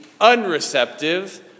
unreceptive